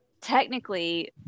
technically